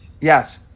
Yes